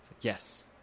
Yes